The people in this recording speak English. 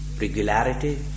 regularity